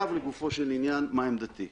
עכשיו לגופו של עניין, מה דעתי.